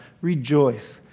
rejoice